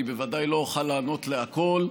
אני בוודאי לא אוכל לענות לכול,